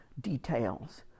details